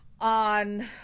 on